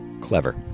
Clever